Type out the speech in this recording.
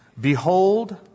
Behold